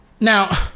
Now